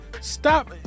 stop